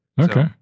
Okay